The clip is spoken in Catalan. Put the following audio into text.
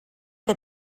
que